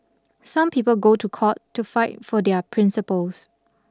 some people go to court to fight for their principles